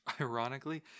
Ironically